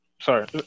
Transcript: sorry